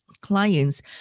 clients